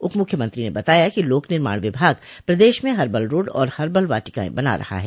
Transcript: उपमुख्यमंत्री ने बताया कि लोक निर्माण विभाग प्रदेश में हर्बल रोड और हर्बल वाटिकाएं बना रहा है